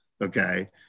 Okay